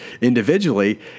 individually